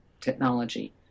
technology